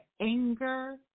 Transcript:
anger